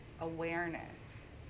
awareness